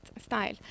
style